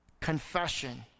confession